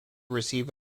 receive